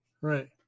Right